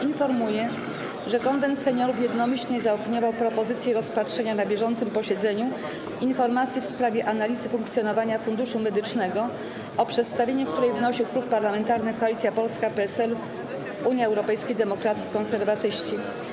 Informuję, że Konwent Seniorów jednomyślnie zaopiniował propozycję rozpatrzenia na bieżącym posiedzeniu informacji w sprawie analizy funkcjonowania Funduszu Medycznego, o przedstawienie której wnosił Klub Parlamentarny Koalicja Polska - PSL, Unia Europejskich Demokratów, Konserwatyści.